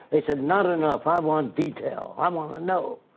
they say not enough, i want detail, i um wanna know.